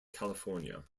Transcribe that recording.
california